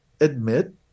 admit